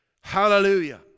Hallelujah